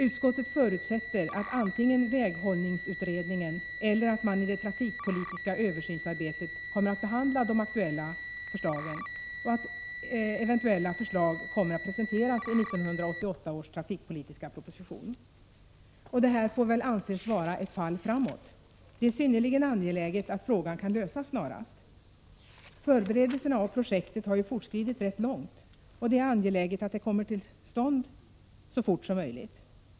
Utskottet förutsätter att man antingen i väghållningsutredningen eller i det trafikpolitiska översynsarbetet kommer att behandla de aktuella förslagen samt att eventuella förslag kommer att presenteras i 1988 års trafikpolitiska proposition. Detta får väl anses vara ett fall framåt. Det är synnerligen angeläget att frågan kan lösas snarast. Förberedelserna av projektet har ju fortskridit rätt långt, och det är angeläget att det kommer till stånd så fort som möjligt.